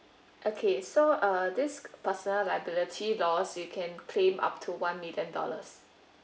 okay so uh this personal liability lost you can claim up to one million dollars